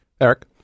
Eric